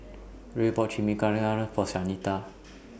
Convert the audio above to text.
Rhea bought Chimichangas For Shanita